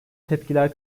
tepkiler